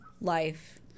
life